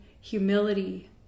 humility